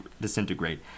disintegrate